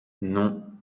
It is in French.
non